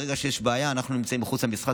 ברגע שיש בעיה: אנחנו נמצאים מחוץ למשחק,